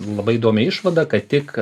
labai įdomi išvada kad tik